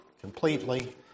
completely